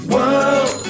World